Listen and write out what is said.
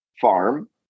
farm